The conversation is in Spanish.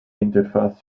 interfaz